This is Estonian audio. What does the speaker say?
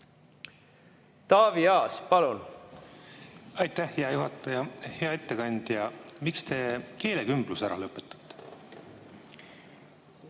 Taavi Aas, palun! Aitäh, hea juhataja! Hea ettekandja! Miks te keelekümbluse ära lõpetate?